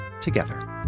together